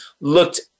looked